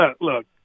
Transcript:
look